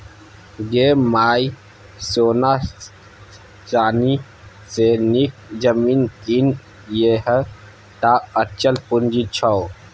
गै माय सोना चानी सँ नीक जमीन कीन यैह टा अचल पूंजी छौ